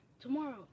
Tomorrow